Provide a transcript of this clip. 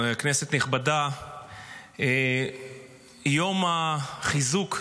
כנסת נכבדה, יום החיזוק,